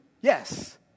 Yes